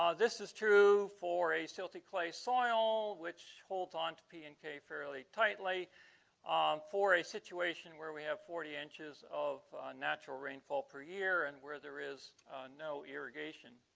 um this is true for a silty clay soil which holds on to p and k fairly tightly for a situation where we have forty inches of natural rainfall per year and where there is no irrigation